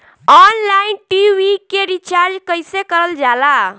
Online TV के recharge कईसे करल जाला?